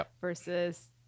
versus